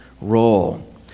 role